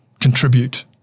contribute